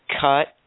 cut